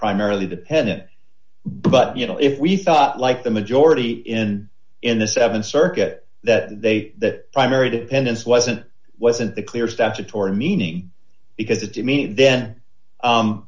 primarily the pennant but you know if we thought like the majority in in the th circuit that they that primary dependence wasn't wasn't the clear statutory meaning because if you mean then